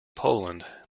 poland